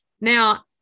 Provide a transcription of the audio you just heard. now